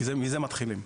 מזה מתחילים.